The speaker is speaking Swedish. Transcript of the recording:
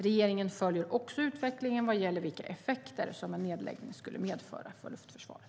Regeringen följer också utvecklingen vad gäller vilka effekter som en nedläggning skulle medföra för luftförsvaret.